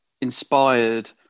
inspired